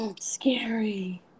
Scary